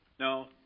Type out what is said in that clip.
No